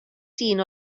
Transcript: dyn